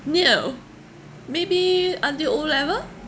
no maybe until O level